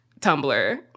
Tumblr